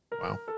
Wow